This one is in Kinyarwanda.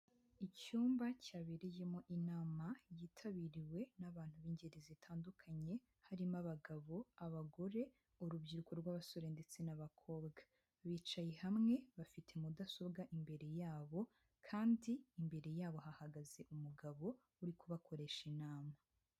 Icyumba cyabereyemo inama yitabiriwe n'abantu b'ingeri zitandukanye, harimo abagabo, abagore, urubyiruko rw'abasore ndetse n'abakobwa. Bicaye hamwe bafite mudasobwa imbere yabo, kandi imbere yabo hahagaze umugabo uri kubakoresha inama.